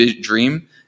dream